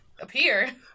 appear